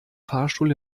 fahrstuhl